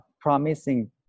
promising